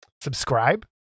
Subscribe